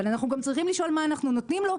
אנחנו גם צריכים לשאול מה אנחנו נותנים לו.